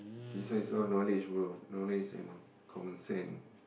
this one is all knowledge bro knowledge and common sense